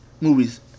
movies